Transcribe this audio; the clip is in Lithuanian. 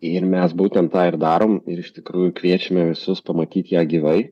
ir mes būtent tą ir darom ir iš tikrųjų kviečiame visus pamatyt ją gyvai